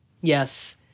Yes